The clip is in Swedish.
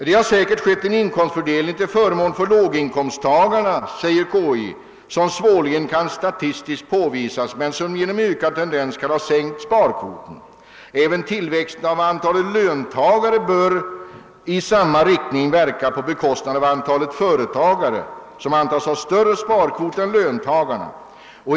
Det har säkerligen skett en inkomstfördelning till förmån för låginkomsttagarna, säger konjunkturinstitutet, som svårligen statistiskt kan påvisas men som genom ökad tendens kan ha sänkt sparkvoten. Även tillväxten av antalet löntagare bör verka i samma riktning på bekostnad av antalet enskilda företagare som antas ha större sparkvot än löntagarna.